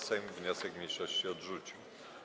Sejm wniosek mniejszości odrzucił.